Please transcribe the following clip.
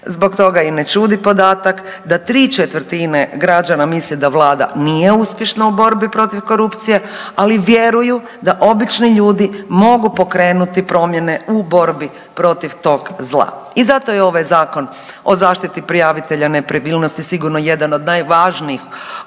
Zbog toga i ne čudi podatak da 3/4 građana misli da vlada nije uspješna u borbi protiv korupcije ali vjeruju da obični ljudi mogu pokrenuti promjene u borbi protiv tog zla. I zato je ovaj Zakon o zaštiti prijavitelja nepravilnosti sigurno jedan od najvažnijih